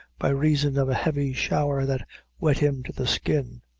by reason of a heavy shower that wet him to the skin.